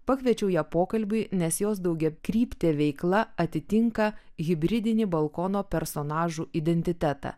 pakviečiau ją pokalbiui nes jos daugiakryptė veikla atitinka hibridinį balkono personažų identitetą